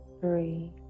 three